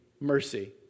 mercy